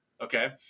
Okay